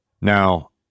Now